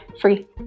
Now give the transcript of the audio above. free